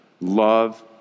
love